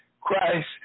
Christ